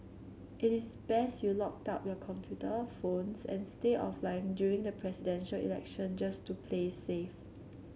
it is best you locked up your computer phones and stay offline during the Presidential Election just to play safe